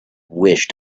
wished